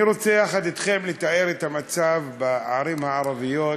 אני רוצה יחד אתכם לתאר את המצב בערים הערביות,